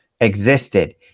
existed